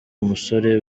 umusore